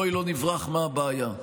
בואי לא נברח מהבעיה.